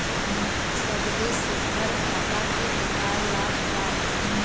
सबले सुघ्घर खाता के प्रकार ला बताव?